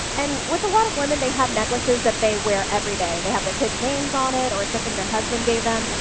and with a lot of women they have necklaces that they wear every day. they have their kids' names on it or something their husband gave them.